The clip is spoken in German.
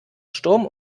sturm